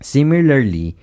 Similarly